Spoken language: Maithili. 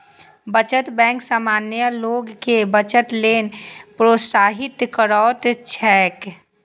बचत बैंक सामान्य लोग कें बचत लेल प्रोत्साहित करैत छैक